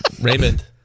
Raymond